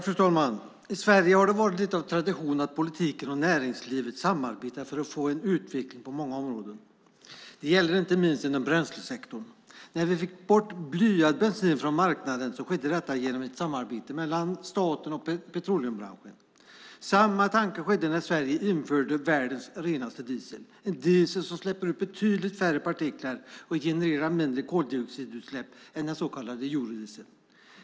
Fru talman! I Sverige har det varit lite av en tradition att politiken och näringslivet samarbetar för att få en utveckling på många områden. Det gäller inte minst inom bränslesektorn. När vi fick bort blyad bensin från marknaden skedde detta genom ett samarbete mellan staten och petroleumbranschen. Samma tanke var det när vi införde världens renaste diesel, en diesel som släpper ut betydligt färre partiklar och genererar mindre koldioxidutsläpp än den så kallade Europadieseln.